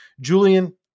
Julian